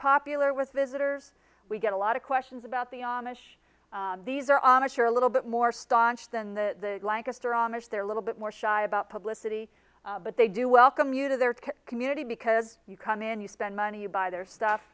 popular with visitors we get a lot of questions about the amish these are honest you're a little bit more staunch than the lancaster amish they're little bit more shy about publicity but they do welcome you to their community because you come in you spend money you buy their stuff